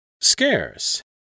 Scarce